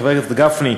חבר הכנסת גפני,